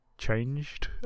changed